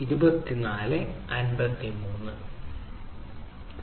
നമ്മൾക്ക് എന്താണ് ഉള്ളത്